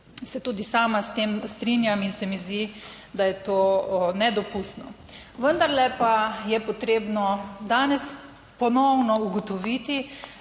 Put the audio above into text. se tudi sama s tem strinjam in se mi zdi, da je to nedopustno. Vendarle pa je potrebno danes ponovno ugotoviti,